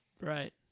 Right